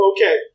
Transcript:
Okay